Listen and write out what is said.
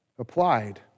applied